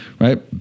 right